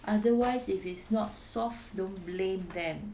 otherwise if it's not soft don't blame them